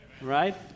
Right